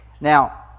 Now